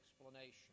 explanation